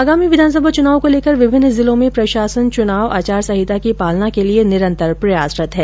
आगामी विधानसभा चुनाव को लेकर विभिन्न जिलों में प्रशासन चुनाव आचार संहिता की पालना के लिए निरन्तर प्रयासरत है